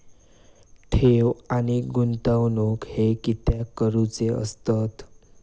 ठेव आणि गुंतवणूक हे कित्याक करुचे असतत?